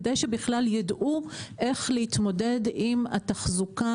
כדי שבכלל יידעו איך להתמודד עם התחזוקה